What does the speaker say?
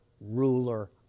ruler